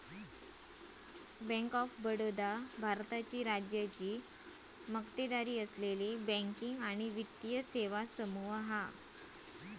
bank of Baroda भारताची राज्याची मक्तेदारी असलेली बँकिंग आणि वित्तीय सेवा समूह हा